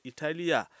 Italia